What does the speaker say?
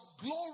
glory